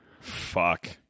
fuck